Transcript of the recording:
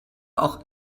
auch